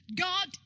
God